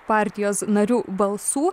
partijos narių balsų